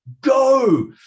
Go